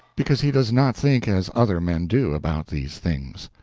because he does not think as other men do about these things.